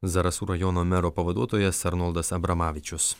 zarasų rajono mero pavaduotojas arnoldas abramavičius